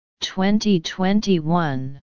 2021